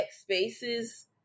spaces